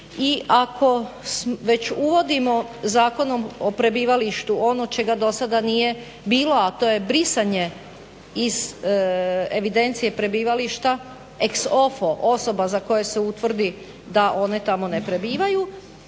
I ako već uvodimo Zakonom o prebivalištu ono čega do sada nije bilo, a to je brisanje iz evidencije prebivališta ex ofo osoba za koje se utvrdi da one tamo ne prebivaju